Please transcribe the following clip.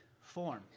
form